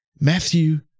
Matthew